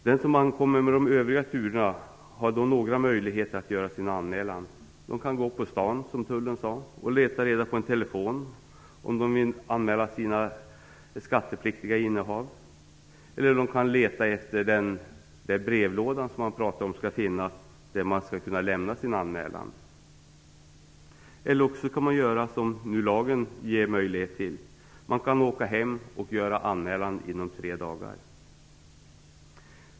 Den som ankommer med någon av de övriga turerna har då olika möjligheter att göra sin anmälan. De kan gå på stan, som man från tullen sade, och leta reda på en telefon och använda den för att anmäla sitt skattepliktiga innehav. Eller också kan de leta reda på den brevlåda som skall finnas och där lämna sin anmälan. Lagen medger också en ytterligare möjlighet: man kan åka hem och göra anmälan inom tre dagar.